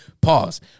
Pause